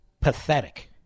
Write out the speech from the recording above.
pathetic